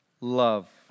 love